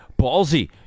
Ballsy